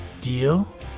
Deal